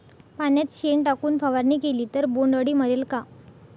पाण्यात शेण टाकून फवारणी केली तर बोंडअळी मरेल का?